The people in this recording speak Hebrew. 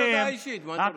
תבקש הודעה אישית ואני אתן לך.